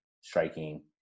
striking